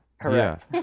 Correct